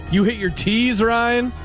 you hit your teas, ryan.